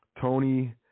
Tony